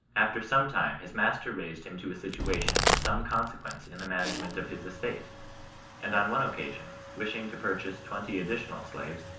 after some time his master raised him to a situation of some consequence in the management of his estate and on one occasion, wishing to purchase twenty additional slaves,